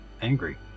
angry